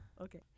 Okay